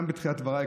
גם בתחילת דבריי,